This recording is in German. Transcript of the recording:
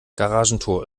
garagentor